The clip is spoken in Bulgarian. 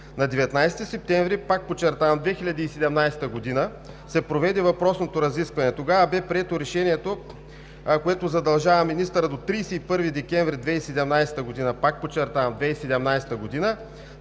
На 19 септември, пак подчертавам – 2017 г., се проведе въпросното разискване. Тогава бе прието решението, което задължава министъра до 31 декември 2017 г., пак подчертавам –2017 г.,